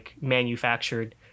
manufactured